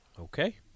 Okay